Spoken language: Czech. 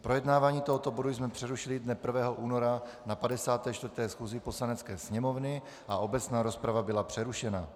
Projednávání tohoto bodu jsme přerušili dne 1. února na 54. schůzi Poslanecké sněmovny a obecná rozprava byla přerušena.